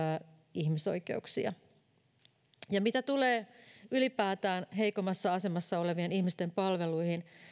ihmisoikeuksia mitä tulee ylipäätään heikommassa asemassa olevien ihmisten palveluihin